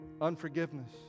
unforgiveness